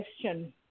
question